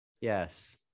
yes